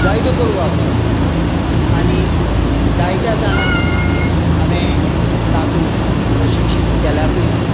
जायत्यो कुरवो आसात आनी जायत्या जाणाक हांवें तातूंत प्रशिक्षीत केल्यातूय बी